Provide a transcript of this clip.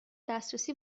دسترسی